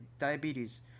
diabetes